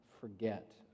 forget